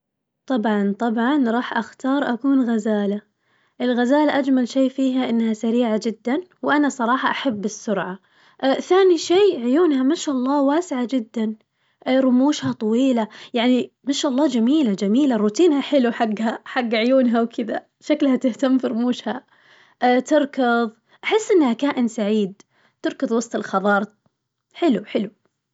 طبعاً طبعاً راح أختار أكون غزالة، الغزالة أجمل شي فيها إنها سريعة جداً وأنا صراحة أحب السرعة، ثاني شي عيونها ما شاء الله واسعة جداً رموشها طويلة يعني ما شاء الله جميلة جميلة روتينها حلو حقها حق عيونها وكدا، شكلها تهتم في رموشها تركض أحس إنها كائن سعيد تركض وسط الخضار حلو حلو.